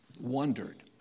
wondered